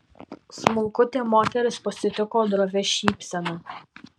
smulkutė moteris pasitiko drovia šypsena